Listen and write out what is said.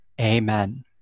Amen